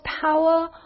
power